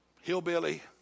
hillbilly